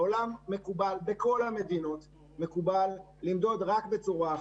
בכל המדינות, מקובל למדוד רק בצורה אחת: